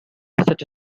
such